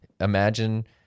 imagine